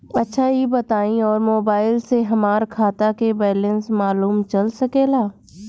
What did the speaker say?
अच्छा ई बताईं और मोबाइल से हमार खाता के बइलेंस मालूम चल सकेला?